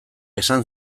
esan